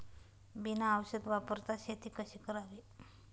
बिना औषध वापरता शेती कशी करावी?